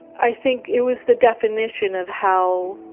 i think it was the definition of how